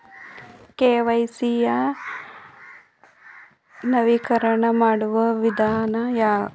KYC ಯ ನವೀಕರಣ ಮಾಡುವ ವಿಧಾನ ಹೇಗೆ?